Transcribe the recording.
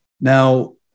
Now